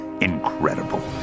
Incredible